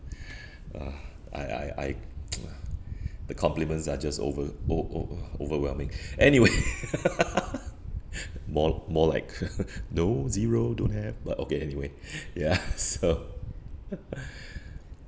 uh I I I the compliments are just over o~ o~ overwhelming anyway more more like no zero don't have but okay anyway ya so